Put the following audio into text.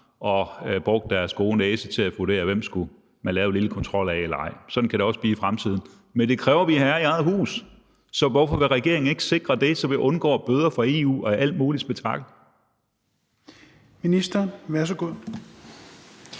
og brugte deres gode næse til at vurdere, om man skulle lave en lille kontrol eller ej. Sådan kan det også blive i fremtiden. Men det kræver, at vi er herre i eget hus, og hvorfor vil regeringen ikke sikre det, så vi undgår bøder fra EU og alt muligt andet